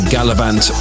Gallivant